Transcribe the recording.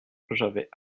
j’avais